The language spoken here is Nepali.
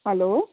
हेलो